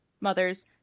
mothers